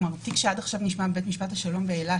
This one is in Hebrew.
תיק שעד עכשיו נשמע בבית משפט השלום באילת,